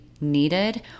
needed